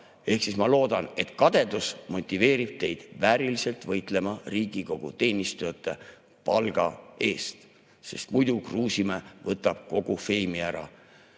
Ehk siis ma loodan, et kadedus motiveerib teid vääriliselt võitlema Riigikogu teenistujate palga eest, sest muidu Kruusimäe võtab kogu feimi ära.